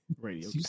Radio